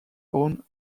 own